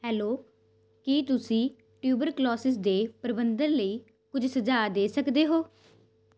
hello ਕੀ ਤੁਸੀਂ tuberculosis ਦੇ ਪ੍ਰਬੰਧਨ ਲਈ ਕੁਝ ਸੁਝਾਅ ਦੇ ਸਕਦੇ ਹੋ